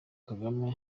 kagame